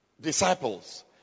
Disciples